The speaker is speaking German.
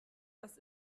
was